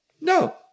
No